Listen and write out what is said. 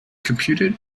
computed